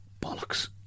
bollocks